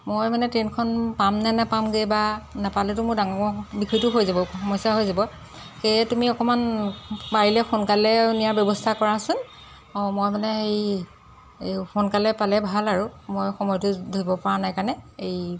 মই মানে ট্ৰেইনখন পাম নে নেপামগৈ বা নাপালেতো মোৰ ডাঙৰ বিষয়টো হৈ যাব সমস্যা হৈ যাব সেয়ে তুমি অকণমান পাৰিলে সোনকালে নিয়াৰ ব্যৱস্থা কৰাচোন অঁ মই মানে হেৰি এই সোনকালে পালে ভাল আৰু মই সময়টো ধৰিব পৰা নাই কাৰণে এই